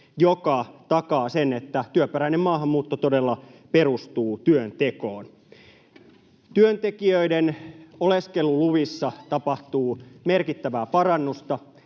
joka takaa sen, että työperäinen maahanmuutto todella perustuu työntekoon. Työntekijöiden oleskeluluvissa tapahtuu merkittävää parannusta.